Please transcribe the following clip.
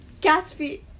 Gatsby